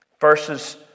verses